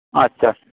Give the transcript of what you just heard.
ᱟᱪᱪᱷᱟ